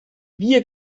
wir